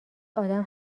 آدم